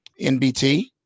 NBT